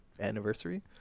anniversary